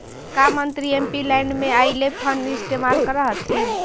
का मंत्री एमपीलैड में आईल फंड इस्तेमाल करअ हथीन